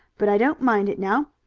but i don't mind it now.